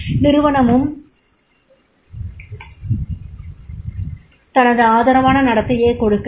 நிறுவனமும் தனது ஆதரவான நடத்தையை கொடுக்கிறது